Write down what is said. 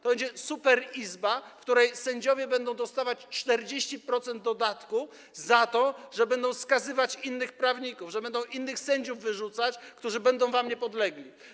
To będzie superizba, w której sędziowie będą dostawać 40% dodatku za to, że będą skazywać innych prawników, że będą wyrzucać innych sędziów, którzy będą wam niepodlegli.